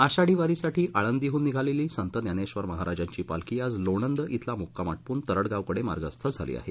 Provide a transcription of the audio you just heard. आषाढी वारीसाठी आळंदीहून निघालेली संत ज्ञानेश्वर महाराज यांची पालखी आज लोणंद अला मुक्काम आटोपून तरङगावकडे मार्गस्थ झाली आहे